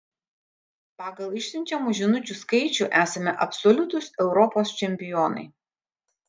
pagal išsiunčiamų žinučių skaičių esame absoliutūs europos čempionai